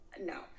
No